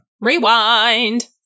rewind